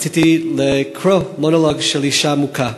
רציתי לקרוא מונולוג של אישה מוכה: